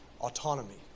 autonomy